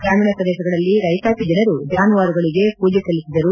ಗ್ರಾಮೀಣ ಪ್ರದೇಶಗಳಲ್ಲಿ ರೈತಾಪಿ ಜನರು ಜಾನುವಾರುಗಳಿಗೆ ಪೂಜೆ ಸಲ್ಲಿಸಿದರು